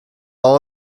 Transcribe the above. all